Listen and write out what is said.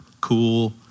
cool